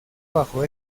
bajo